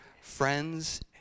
friends